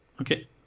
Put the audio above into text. Okay